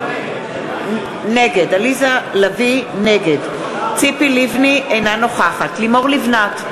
נגד ציפי לבני, אינה נוכחת לימור לבנת,